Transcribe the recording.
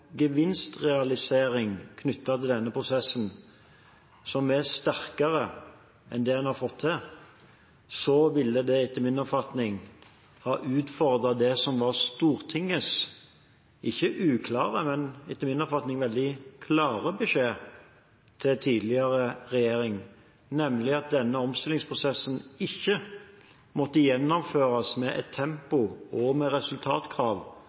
gevinstrealisering knyttet til denne prosessen, som er sterkere enn det en har fått til, så ville det etter min oppfatning ha utfordret det som var Stortingets ikke uklare, men etter min oppfatning veldig klare beskjed til tidligere regjering, nemlig at denne omstillingsprosessen ikke måtte gjennomføres med et tempo og med resultatkrav